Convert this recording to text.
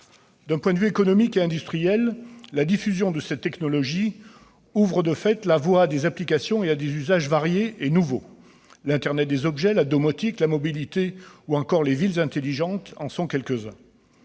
D'un point de vue économique et industriel, la diffusion de cette technologie ouvre de fait la voie à des applications et des usages variés et nouveaux ; l'internet des objets, la domotique, la mobilité ou encore les « villes intelligentes » en sont quelques-uns.